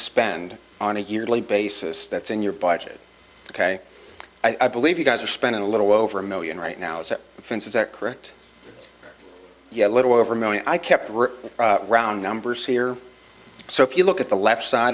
spend on a yearly basis that's in your budget ok i believe you guys are spending a little over a million right now as a fence is that correct yeah a little over a million i kept were round numbers here so if you look at the left side